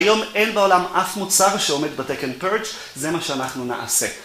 היום אין בעולם אף מוצר שעומד בטקן פרץ', זה מה שאנחנו נעשה.